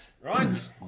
Right